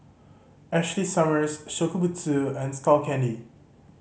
Ashley Summers Shokubutsu and Skull Candy